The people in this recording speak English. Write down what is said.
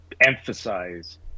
emphasize